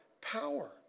power